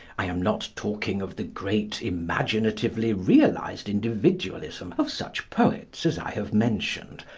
i am not talking of the great imaginatively-realised individualism of such poets as i have mentioned,